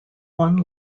one